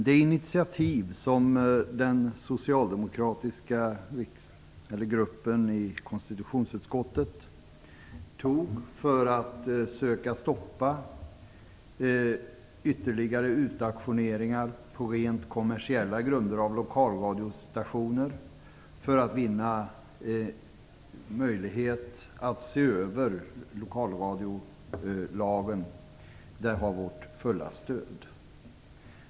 Det initiativ som den socialdemokratiska gruppen i konstitutionsutskottet tog för att söka stoppa ytterligare utauktioneringar på rent kommersiella grunder av lokalradiostationer, för att vinna möjlighet att se över lokalradiolagen, har vårt fulla stöd.